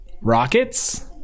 Rockets